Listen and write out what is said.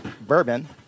Bourbon